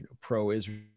pro-Israel